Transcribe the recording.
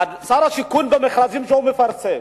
השיכון ועל המכרזים שהוא מפרסם.